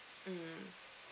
mmhmm